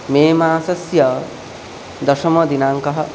मे मासस्य दशमदिनाङ्कः